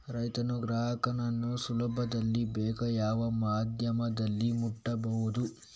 ರೈತನು ಗ್ರಾಹಕನನ್ನು ಸುಲಭದಲ್ಲಿ ಬೇಗ ಯಾವ ಮಾಧ್ಯಮದಲ್ಲಿ ಮುಟ್ಟಬಹುದು?